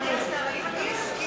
אדוני היושב-ראש, מותר הערה?